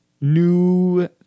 new